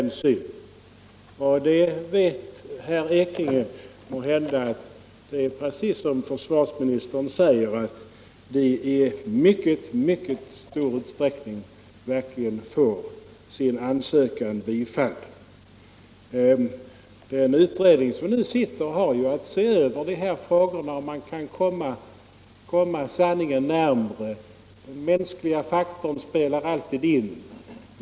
Det vet herr Ekinge måhända att de — som försvarsministern säger — i mycket stor utsträckning verkligen får sin ansökan bifallen. Den utredning som nu sitter har ju att se över de här frågorna och försöka komma sanningen närmare. Den mänskliga faktorn spelar alltid in.